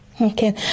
Okay